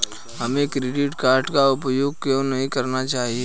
हमें credit card का उपयोग क्यों नहीं करना चाहिए?